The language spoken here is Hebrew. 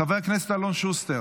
חבר הכנסת אלון שוסטר,